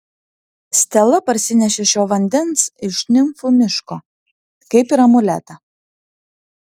stela parsinešė šio vandens iš nimfų miško kaip ir amuletą